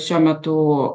šiuo metu